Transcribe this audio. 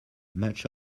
much